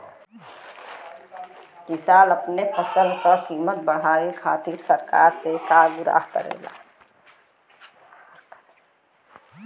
किसान अपने फसल क कीमत बढ़ावे खातिर सरकार से का गुहार करेला?